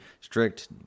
strict –